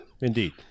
Indeed